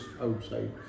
outside